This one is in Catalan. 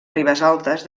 ribesaltes